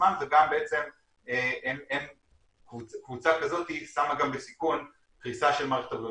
עצמם וגם קבוצה כזאת שמה בסיכון קריסה של מערכת הבריאות.